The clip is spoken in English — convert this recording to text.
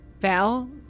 Val